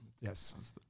Yes